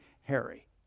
Harry